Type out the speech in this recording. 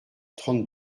trente